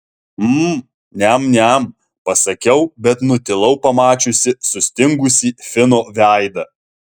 mm niam niam pasakiau bet nutilau pamačiusi sustingusį fino veidą